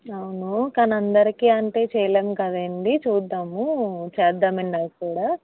అవును కానీ అందరికీ అంటే చేయలేము కద అండి చూద్దాము చేద్దాము అండి అవి కూడా